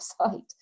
website